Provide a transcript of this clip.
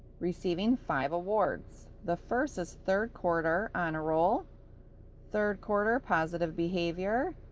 receiving five awards. the first is third quarter honor roll third quarter positive behavior,